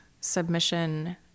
submission